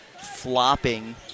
flopping